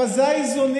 אבל אלה האיזונים.